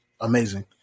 amazing